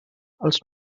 els